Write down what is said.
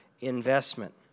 investment